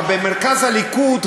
אבל במרכז הליכוד,